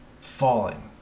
falling